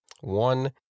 One